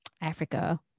Africa